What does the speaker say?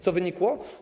Co wynikło?